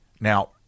Now